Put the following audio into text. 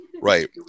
right